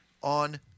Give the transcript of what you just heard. on